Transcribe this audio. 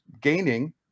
gaining